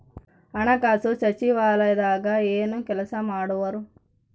ಹಣಕಾಸು ಸಚಿವಾಲಯದಾಗ ಏನು ಕೆಲಸ ಮಾಡುವರು?